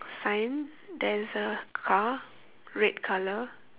sign there's a car red colour